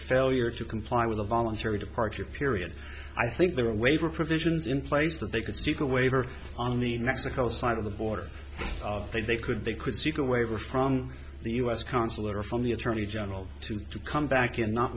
failure to comply with a voluntary departure period i think there are waiver provisions in place that they could seek a waiver on the mexico side of the border i think they could they could seek a waiver from the u s consular from the attorney general to come back and not